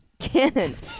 cannons